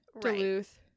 Duluth